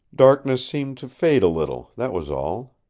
darkness seemed to fade a little, that was all.